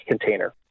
container